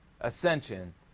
ascension